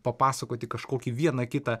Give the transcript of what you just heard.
papasakoti kažkokį vieną kitą